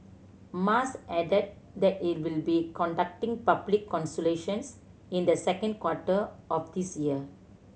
Mas added that it will be conducting public consultations in the second quarter of this year